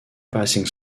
passing